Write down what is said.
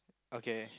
okay